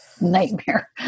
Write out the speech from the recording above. nightmare